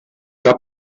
que